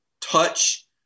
touch